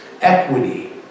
equity